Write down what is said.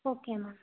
okay ma'am